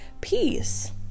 peace